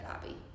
hobby